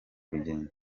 rugendo